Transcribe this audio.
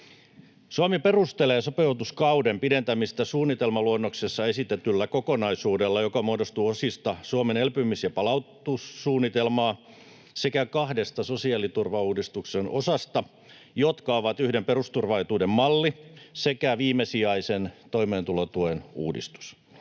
Suomi perustelee sopeutuskauden pidentämistä suunnitelmaluonnoksessa esitetyllä kokonaisuudella, joka muodostuu osista Suomen elpymis- ja palautumissuunnitelmaa sekä kahdesta sosiaaliturvauudistuksen osasta, jotka ovat yhden perusturvaetuuden malli sekä viimesijaisen toimeentulotuen uudistus.